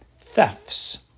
thefts